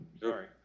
sorry